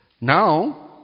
Now